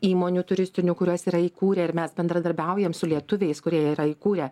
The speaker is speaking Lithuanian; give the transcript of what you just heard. įmonių turistinių kurios yra įkūrę ir mes bendradarbiaujam su lietuviais kurie yra įkūrę